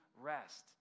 rest